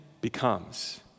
becomes